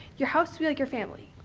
your house will be like your family.